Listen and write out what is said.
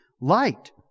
light